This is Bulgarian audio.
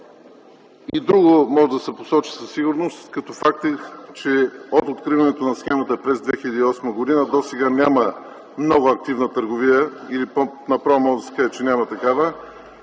2012 г. Може да се посочи и друго със сигурност като факти – че от откриването на схемата през 2008 г. досега няма много активна търговия, направо може да се каже, че няма такава